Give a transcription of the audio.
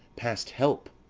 past help!